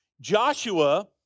Joshua